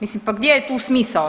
Mislim pa gdje je tu smisao.